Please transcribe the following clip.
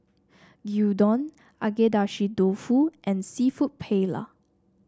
Gyudon Agedashi Dofu and seafood Paella